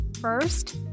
first